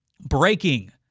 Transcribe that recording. breaking